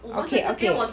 okay okay